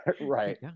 Right